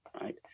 right